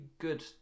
good